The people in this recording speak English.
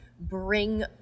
bring